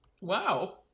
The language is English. wow